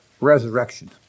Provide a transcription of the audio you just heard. resurrection